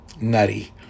nutty